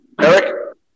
Eric